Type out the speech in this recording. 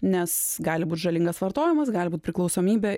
nes gali būt žalingas vartojimas gali būt priklausomybė